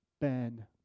Ben